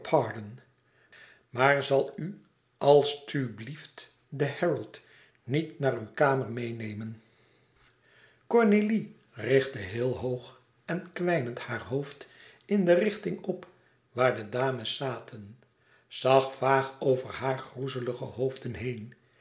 maar zal u als u blieft den herald niet naar uw kamer meênemen ornélie richtte heel hoog en kwijnend haar hoofd in de richting op waar de dames zaten zag vaag over hare groezelige hoofden heen